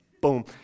boom